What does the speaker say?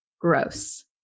gross